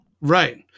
Right